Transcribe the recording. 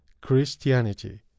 Christianity